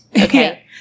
okay